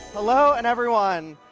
hello, and everyone.